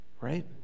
right